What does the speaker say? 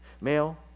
male